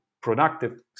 productive